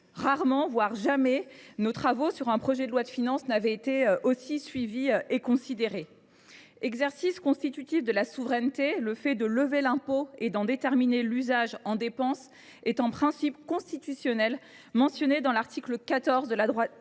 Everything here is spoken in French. Rarement, voire jamais, nos travaux sur un projet de loi de finances n’avaient été aussi suivis et considérés. Exercice constitutif de la souveraineté, le fait de lever l’impôt et d’en déterminer l’usage en dépenses est un principe constitutionnel mentionné à l’article 14 de la